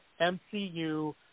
MCU